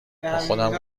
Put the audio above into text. باخودم